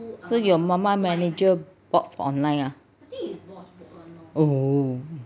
so your 妈妈 manager bought online ah